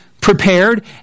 prepared